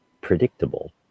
predictable